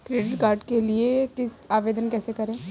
Credit card के लिए आवेदन कैसे करें?